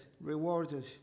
rewarded